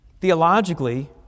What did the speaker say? Theologically